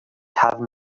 having